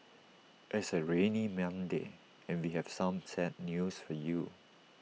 it's A rainy Monday and we have some sad news for you